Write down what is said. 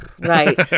Right